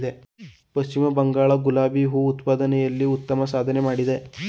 ಪಶ್ಚಿಮ ಬಂಗಾಳ ಗುಲಾಬಿ ಹೂ ಉತ್ಪಾದನೆಯಲ್ಲಿ ಉತ್ತಮ ಸಾಧನೆ ಮಾಡಿದೆ